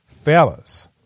Fellas